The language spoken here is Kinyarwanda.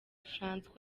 francois